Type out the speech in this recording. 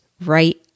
right